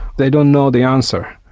they don't know the answer.